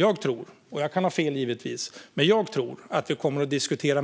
Jag tror, och jag kan givetvis ha fel, att vi kommer att diskutera